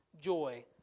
joy